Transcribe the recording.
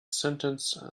sentence